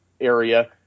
area